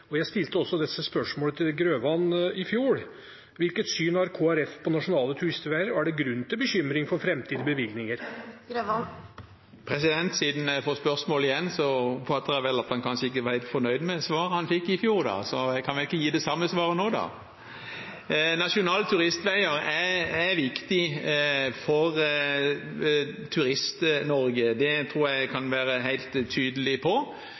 Jeg stilte også dette spørsmålet til Grøvan i fjor. Hvilket syn har Kristelig Folkeparti på nasjonale turistveier, og er det grunn til bekymring for framtidige bevilgninger? Siden jeg får spørsmålet igjen, oppfatter jeg at han kanskje ikke var helt fornøyd med svaret han fikk i fjor. Da kan jeg vel ikke gi det samme svaret nå. Nasjonale turistveier er viktig for Turist-Norge, det tror jeg at jeg kan være helt tydelig på.